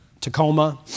Tacoma